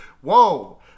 Whoa